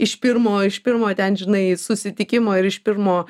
iš pirmo iš pirmo ten žinai susitikimo ir iš pirmo